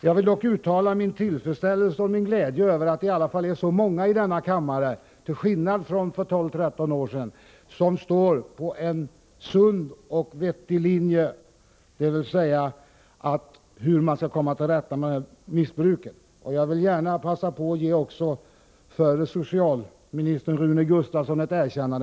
Dock vill jag uttala min tillfredsställelse med och min glädje över att det i alla fall är så många i denna kammare -— till skillnad från vad som var förhållandet för 12-13 år sedan — som står på en sund och vettig linje när det gäller hur man skall komma till rätta med missbruket. Jag vill gärna passa på att ge också förre socialministern Rune Gustavsson ett erkännande.